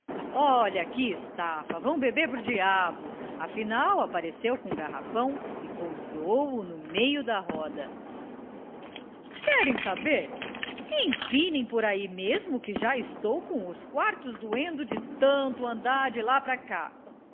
olha que estafa vão beber pro diabo afinal apareceu com o garrafão e pousou o no meio da roda querem saber empinem por aí mesmo que já estou com os quartos doendo de tanto andar de lá pra cá